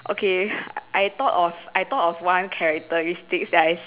okay I thought of I thought of one characteristics that I see